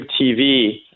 TV